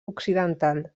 occidental